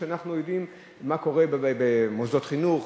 אנחנו יודעים מה קורה במוסדות חינוך,